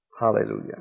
Hallelujah